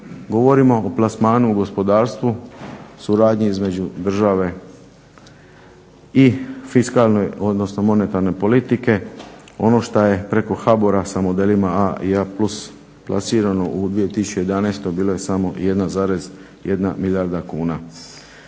Govorimo o plasmanu u gospodarstvu, suradnji između države i fiskalne, odnosno monetarne politike. Ono što je preko HBOR-a sa modelima A i A+ plasirano u 2011. bilo je samo 1,1 milijarda kuna.